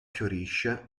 fiorisce